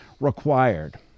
required